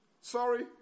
sorry